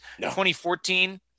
2014